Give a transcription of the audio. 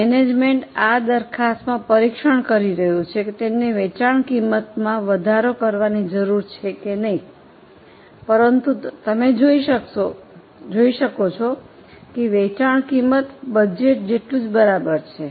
management આ દરખાસ્તમાં પરીક્ષણ કરી રહ્યું છે કે તેમને વેચાણ કિંમતમાં વધારો કરવાની જરૂર છે કે નહીં પરંતુ તમે જોઈ શકો છો કે વેચાણ કિંમત બજેટ જેટલું બરાબર છે